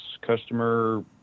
customer